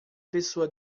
pessoa